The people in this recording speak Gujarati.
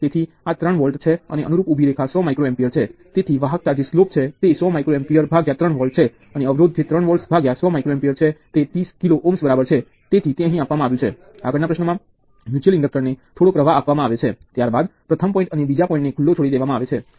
એટલે કે એક નોડ છે જે પ્રથમ તત્વના ટર્મિનલ્સ અને બીજા તત્વ માટે સામાન્ય છે અને બીજું કંઈ પણ આ નોડ સાથે જોડાયેલ નથી